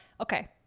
okay